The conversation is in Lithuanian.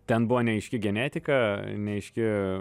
ten buvo neaiški genetika neaiški